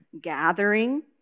gathering